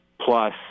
plus